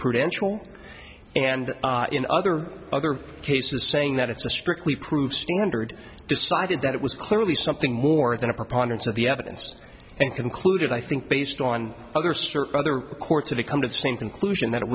prudential and in other other cases saying that it's a strictly prove standard decided that it was clearly something more than a preponderance of the evidence and concluded i think based on other certain other courts are they come to the same conclusion that it